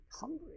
hungry